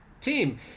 team